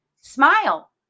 smile